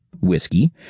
whiskey